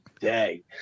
day